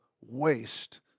waste